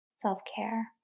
self-care